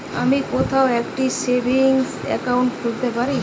আমি কোথায় একটি সেভিংস অ্যাকাউন্ট খুলতে পারি?